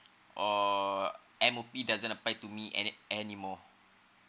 or M_O_P doesn't apply to me a~ anymore